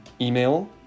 email